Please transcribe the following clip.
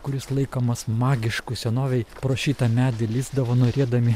kuris laikomas magišku senovėj pro šitą medį lįsdavo norėdami